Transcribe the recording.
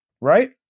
Right